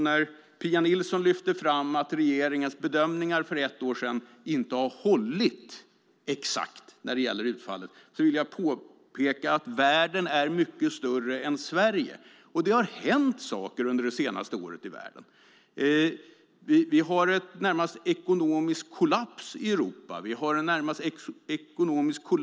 När Pia Nilsson framhåller att regeringens bedömningar för ett år sedan inte har hållit exakt när det gäller utfallet vill jag påpeka att världen är mycket större än Sverige, och det har hänt saker i världen under det senaste året. Vi har i det närmaste en ekonomisk kollaps i Europa och i USA.